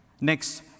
Next